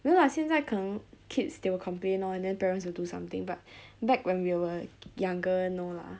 no lah 现在可能 kids they will complain lor and then parents will do something but back when we were younger no lah